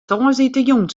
tongersdeitejûn